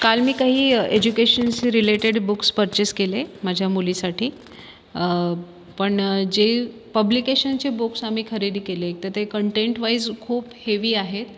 काल मी काही एज्युकेशनशी रीलेटेड बुक्स पर्चेस केले माझ्या मुलीसाठी पण जे पब्लिकेशनचे बुक्स आम्ही खरेदी केले तर ते कंटेंटवाईज खूप हेवी आहेत